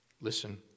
Listen